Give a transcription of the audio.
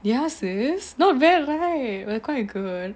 ya sis not aware right we're quite good